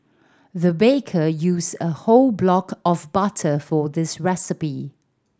the baker used a whole block of butter for this recipe